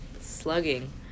slugging